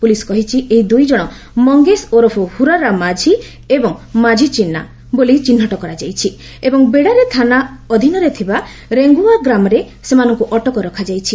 police କହିଛି ଏହି ଦୁଇ ଜଣ ମଙ୍ଗେଶ୍ ଓରଫ୍ ହୁର୍ରା ମାଝୀ ଏବଂ ମାଝୀ ଚିନ୍ନା ବୋଲି ଚିହ୍ନଟ କରାଯାଇଚି ଏବଂ ବେଡ଼ାରେ ଥାନା ଅଧୀନରେ ଥବବା ରେଙ୍ଗ୍ୱୟା ଗ୍ରାମରେ ସେମାନଙ୍କୁ ଅଟକ ରଖାଯାଇଛି